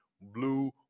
blue